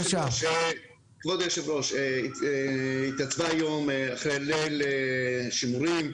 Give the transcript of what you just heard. כבוד היושב-ראש, התייצבה היום, אחרי ליל שימורים,